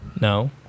No